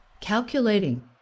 Calculating